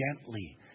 gently